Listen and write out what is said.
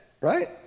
right